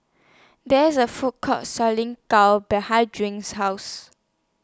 There IS A Food Court Selling Gao behind Drink's House